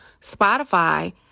Spotify